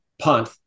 punt